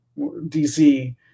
DC